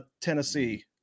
Tennessee